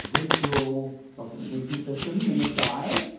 virtual documentation system in the sky,